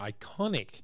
iconic